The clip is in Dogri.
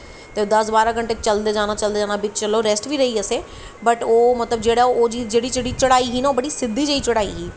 ते दस बारां घैंटे चलदे जाना चलदे जाना बिच्च चलो रैस्ट बी लेई असें बट जेह्ड़ा ओह् मतलब कि जेह्ड़ी ओह् चीज जेह्ड़ी जेह्ड़ी ही ते ओह् बड़ी सिद्धी जेही चढ़ाई ही